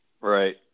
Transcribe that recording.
Right